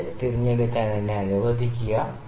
5 തിരഞ്ഞെടുക്കാൻ എന്നെ അനുവദിക്കുക